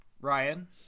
Ryan